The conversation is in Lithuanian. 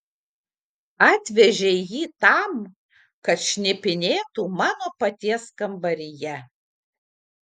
atvežei jį tam kad šnipinėtų mano paties kambaryje